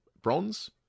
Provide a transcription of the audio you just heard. bronze